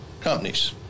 companies